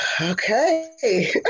okay